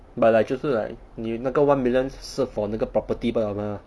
but like 就是 like 你那个 one million 是 for property 那个罢了 mah